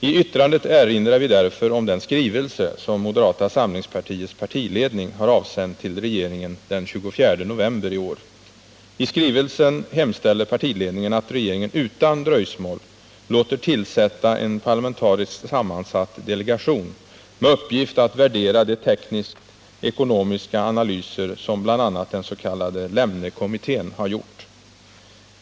I yttrandet erinrar vi därför om den skrivelse som moderata samlingspartiets partiledning har avsänt till regeringen den 24 november i år. I skrivelsen hemställer partiledningen att regeringen utan dröjsmål låter tillsätta en parlamentariskt sammansatt delegation med uppgift att värdera de tekniskekonomiska analyser som bl.a. den s.k. Lemnekommittén har gjort.